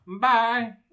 Bye